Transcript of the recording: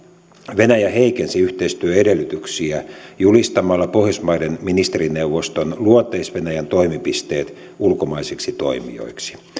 venäjä heikensi yhteistyön edellytyksiä julistamalla pohjoismaiden ministerineuvoston luoteis venäjän toimipisteet ulkomaisiksi toimijoiksi